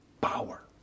Power